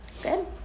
Good